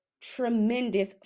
tremendous